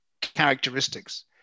characteristics